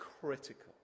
critical